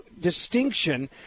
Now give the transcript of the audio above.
distinction